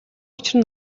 учир